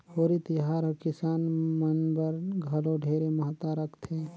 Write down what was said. होरी तिहार हर किसान मन बर घलो ढेरे महत्ता रखथे